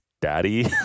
daddy